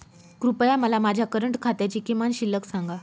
कृपया मला माझ्या करंट खात्याची किमान शिल्लक सांगा